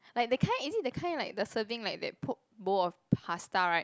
like the kind is it the kind like the serving like they poke bowl of pasta right